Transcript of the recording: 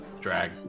drag